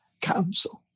Council